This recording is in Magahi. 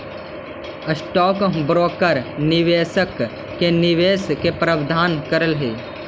स्टॉक ब्रोकर निवेशक के निवेश के प्रबंधन करऽ हई